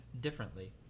differently